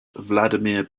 vladimir